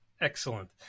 Excellent